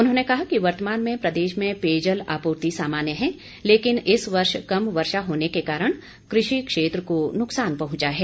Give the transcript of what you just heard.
उन्होंने कहा कि वर्तमान में प्रदेश में पेयजल आपूर्ति सामान्य है लेकिन इस वर्ष कम वर्षा होने को कारण कृषि क्षेत्र को नुकसान पहुंचा है